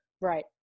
Right